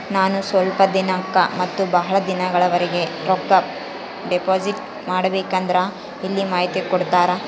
ನಾನು ಸ್ವಲ್ಪ ದಿನಕ್ಕ ಮತ್ತ ಬಹಳ ದಿನಗಳವರೆಗೆ ರೊಕ್ಕ ಡಿಪಾಸಿಟ್ ಮಾಡಬೇಕಂದ್ರ ಎಲ್ಲಿ ಮಾಹಿತಿ ಕೊಡ್ತೇರಾ?